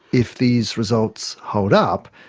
if these results hold up,